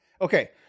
okay